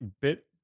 bit